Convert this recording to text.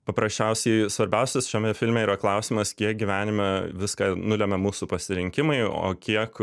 paprasčiausiai svarbiausias šiame filme yra klausimas kiek gyvenime viską nulemia mūsų pasirinkimai o kiek